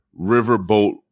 riverboat